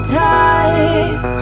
time